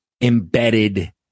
embedded